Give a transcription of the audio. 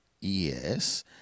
yes